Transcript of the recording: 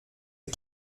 est